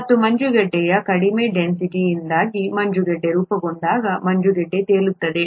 ಮತ್ತು ಮಂಜುಗಡ್ಡೆಯ ಕಡಿಮೆ ಡೆನ್ಸಿಟಿಯಿಂದಾಗಿ ಮಂಜುಗಡ್ಡೆ ರೂಪುಗೊಂಡಾಗ ಮಂಜುಗಡ್ಡೆ ತೇಲುತ್ತದೆ